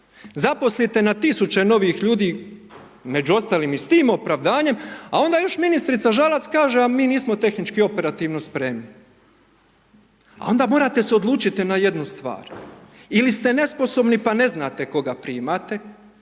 Zaposlite na tisuće novih ljudi, među ostalim i s tim opravdanjem, a onda još ministrica Žalac kaže, a mi nismo tehnički operativno spremni. Onda morate se odlučiti na jednu stvar ili ste nesposobni, pa ne znate koga primate